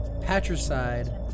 patricide